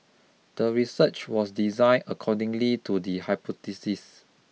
the research was designe according to the hypothesis